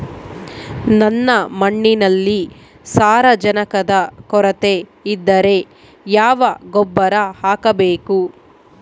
ನನ್ನ ಮಣ್ಣಿನಲ್ಲಿ ಸಾರಜನಕದ ಕೊರತೆ ಇದ್ದರೆ ಯಾವ ಗೊಬ್ಬರ ಹಾಕಬೇಕು?